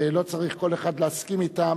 שלא צריך כל אחד להסכים אתן.